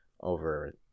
over